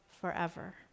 forever